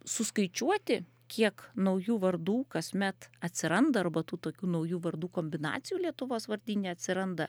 suskaičiuoti kiek naujų vardų kasmet atsiranda arba tų tokių naujų vardų kombinacijų lietuvos vardyne atsiranda